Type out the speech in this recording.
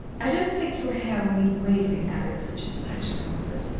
i don't think your hair will need waving, alex, which is such a comfort.